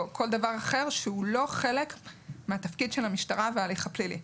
או כל דבר אחר שהוא לא חלק מהתפקיד של המשטרה וההליך הפלילי.